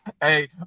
Hey